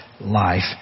life